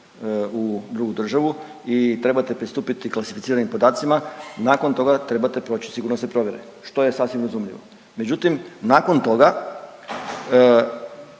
u drugu državu i trebate pristupiti klasificiranim podacima i nakon toga trebate proći sigurnosne provjere, što je sasvim razumljivo, međutim nakon toga